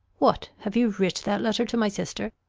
what, have you writ that letter to my sister?